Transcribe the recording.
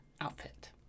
outfit